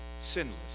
sinless